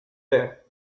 there